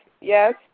Yes